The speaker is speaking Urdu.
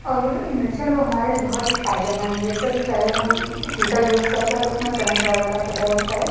اور وہ جو انڈکشن ہے وہ ہمارے لیے بہت ہی فائدہ مند جیسے کہ پہلے ہم کوکر یوز کرتے ہیں تو اُس میں کرنٹ وغیرہ کا ڈر ہوتا ہے